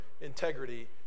integrity